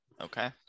Okay